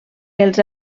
els